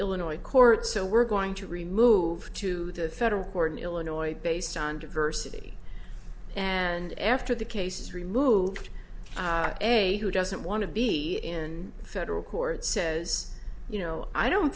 illinois court so we're going to remove to the federal court in illinois based on diversity and after the case is removed a who doesn't want to be in federal court says you know i don't